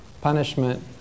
punishment